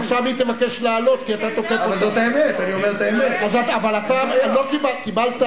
יותר מכך, גברתי, מה בדיוק עשתה קדימה?